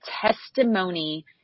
testimony